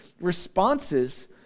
responses